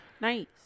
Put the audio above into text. Nice